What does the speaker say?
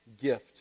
gift